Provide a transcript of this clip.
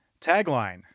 Tagline